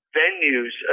venues